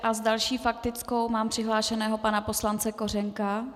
S další faktickou mám přihlášeného pana poslance Kořenka.